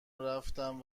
رفتم